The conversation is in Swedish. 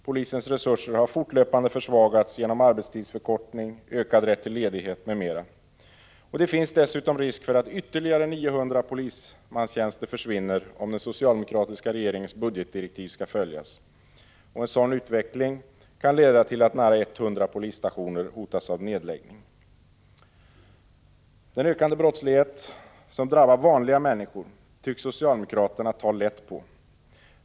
Polisens resurser har fortlöpande försvagats genom arbetstidsförkortning, ökad rätt tillledighet m.m. Det finns dessutom risk för att ytterligare 900 polistjänster försvinner om den socialdemokratiska regeringens budgetdirektiv skall följas. En sådan utveckling kan leda till att nära 100 polisstationer hotas av nedläggning. Den ökande brottslighet som drabbar vanliga människor tycks socialdemokraterna ta lätt på.